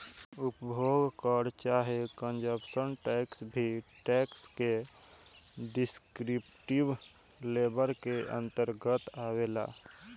उपभोग कर चाहे कंजप्शन टैक्स भी टैक्स के डिस्क्रिप्टिव लेबल के अंतरगत आवेला